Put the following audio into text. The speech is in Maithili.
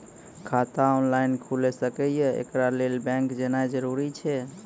खाता ऑनलाइन खूलि सकै यै? एकरा लेल बैंक जेनाय जरूरी एछि?